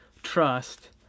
trust